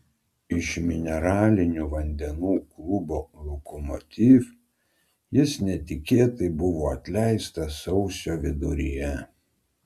iš mineralinių vandenų klubo lokomotiv jis netikėtai buvo atleistas sausio viduryje